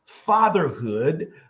fatherhood